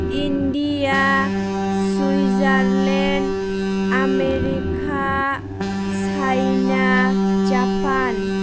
India Switzerland America China Japan